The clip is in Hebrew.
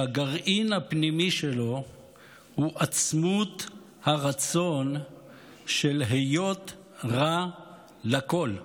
שהגרעין הפנימי שלו הוא עצמות הרצון של היות רע לכול,